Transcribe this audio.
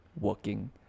Working